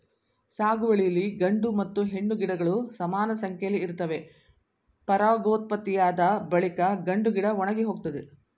ಸಾಗುವಳಿಲಿ ಗಂಡು ಮತ್ತು ಹೆಣ್ಣು ಗಿಡಗಳು ಸಮಾನಸಂಖ್ಯೆಲಿ ಇರ್ತವೆ ಪರಾಗೋತ್ಪತ್ತಿಯಾದ ಬಳಿಕ ಗಂಡುಗಿಡ ಒಣಗಿಹೋಗ್ತದೆ